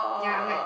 ya I'm like